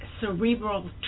cerebral